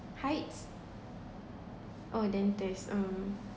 heights oh dentist(uh)